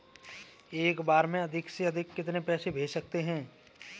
एक बार में अधिक से अधिक कितने पैसे भेज सकते हैं?